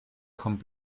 kommt